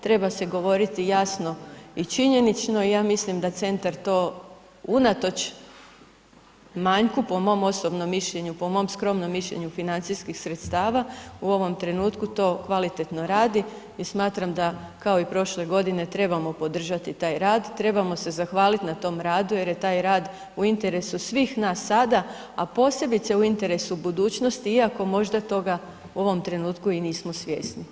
Treba se govoriti jasno i činjenično i ja mislim da centar to unatoč manjku po mom osobnom mišljenju, po mom skromnom mišljenju financijskih sredstava u ovom trenutku to kvalitetno radi i smatram da kao i prošle godine trebamo podržati taj rad, trebamo se zahvaliti na tom radu jer je taj rad u interesu svih nas sada, a posebice u interesu budućnosti iako možda toga u ovom trenutku i nismo svjesni.